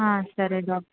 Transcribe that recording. సరే డాక్టర్